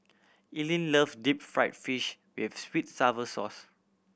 Eileen love deep fried fish with sweet sour sauce